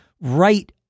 right